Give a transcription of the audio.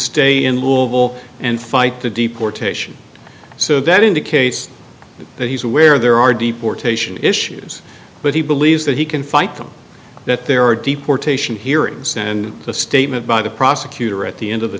stay in and fight the deportation so that indicates that he's aware there are deportation issues but he believes that he can fight them that there are deportation hearings and the statement by the prosecutor at the end of